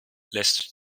lässt